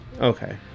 Okay